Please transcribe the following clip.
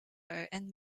and